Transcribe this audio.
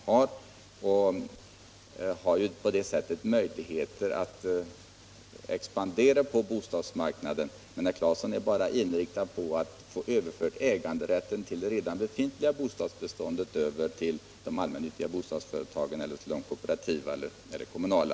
Företagen har på det sättet möjligheter att expandera på bostadsmarknaden. Herr Claeson är emellertid bara inriktad på att få äganderätten till det redan befintliga bostadsbeståndet överförd till de allmännyttiga bostadsföretagen, till de kooperativa eller till de kommunala.